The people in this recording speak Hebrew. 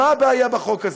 מה הבעיה בחוק הזה?